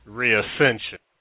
reascension